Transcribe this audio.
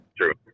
true